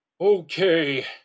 Okay